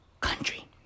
country